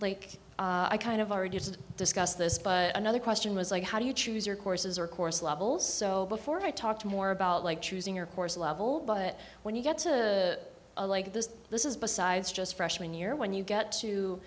like i kind of already discussed this but another question was like how do you choose your courses or course levels so before i talked more about like choosing your course level but when you get to a like this this is besides just freshman year when you get to